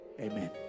Amen